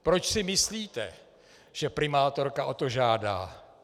Proč si myslíte, že primátorka o to žádá?